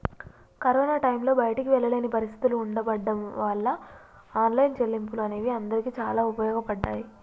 corona టైంలో బయటికి వెళ్ళలేని పరిస్థితులు ఉండబడ్డం వాళ్ళ ఆన్లైన్ చెల్లింపులు అనేవి అందరికీ చాలా ఉపయోగపడ్డాయి